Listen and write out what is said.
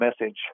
message